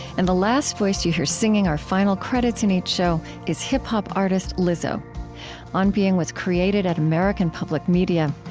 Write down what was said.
and the last voice that you hear, singing our final credits in each show, is hip-hop artist lizzo on being was created at american public media.